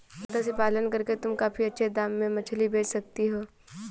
मत्स्य पालन करके तुम काफी अच्छे दाम में मछली बेच सकती हो